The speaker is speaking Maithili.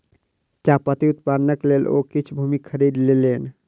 चाह पत्ती उत्पादनक लेल ओ किछ भूमि खरीद लेलैन